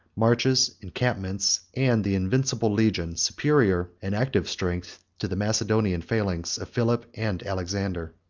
marches, encampments and the invincible legion, superior in active strength to the macedonian phalanx of philip and alexander.